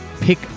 pick